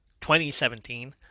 2017